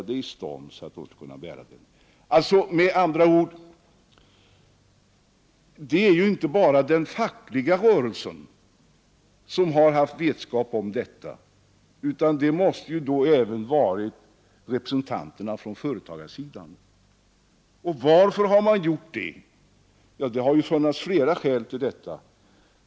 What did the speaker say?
Det är alltså inte bara den fackliga rörelsen som haft vetskap om detta utan även representanterna från företagarsidan. Varför har man då slutit sådana avtal? Det har funnits flera skäl härtill.